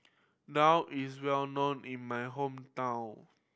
daal is well known in my hometown